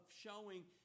showing